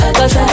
Cause